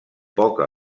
poca